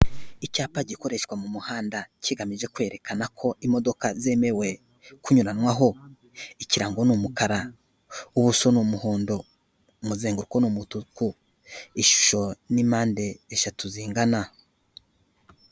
Icyapa gikoreshwa mu muhanda kigamije kwerekana ko imodoka zemewe kunyuranwaho ikirango ni umukara ubuso ni umuhondo umuzenguko ni umutuku ishusho ni mpande eshatu zingana.